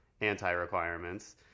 anti-requirements